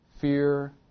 fear